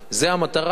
זו המטרה?